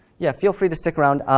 yeah, feel free to stick around,